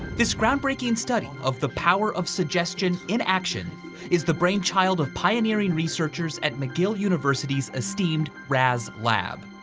this groundbreaking study of the power of suggestion in action is the brainchild of pioneering researchers at mcgill university's esteemed raz lab,